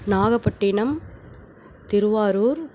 Nagapattinam Thiruvarur